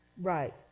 Right